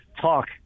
talk